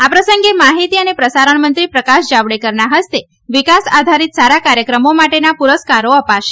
આ પ્રસંગે માહિતી અને પ્રસારણ મંત્રી પ્રકાશ જાવડેકરના હસ્તે વિકાસ આધારીત સારા કાર્થક્રમો માટેના પુરસ્કારો અપાશે